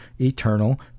eternal